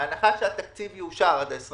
בהנחה שהתקציב לשנת 2020 יאושר עד 23